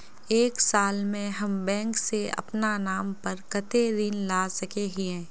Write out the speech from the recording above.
एक साल में हम बैंक से अपना नाम पर कते ऋण ला सके हिय?